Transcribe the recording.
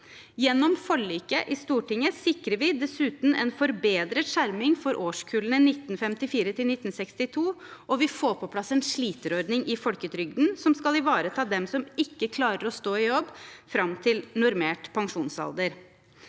Gjennom forliket i Stortinget sikrer vi dessuten en forbedret skjerming for årskullene 1954–1962, og vi får på plass en sliterordning i folketrygden som skal ivareta dem som ikke klarer å stå i jobb fram til normert pensjonsalder.